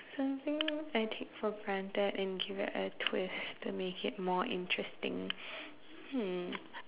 something I take for granted and give it a twist to make it more interesting hmm